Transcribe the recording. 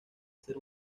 ser